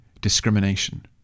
discrimination